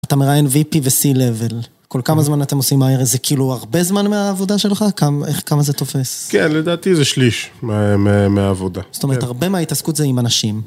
אתה מראיין וי פי וסי לבל, כל כמה זמן אתם עושים מהירד, זה כאילו הרבה זמן מהעבודה שלך? כמה זה תופס? כן, לדעתי זה שליש מהעבודה. זאת אומרת, הרבה מההתעסקות זה עם אנשים.